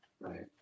right